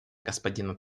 господина